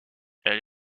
elle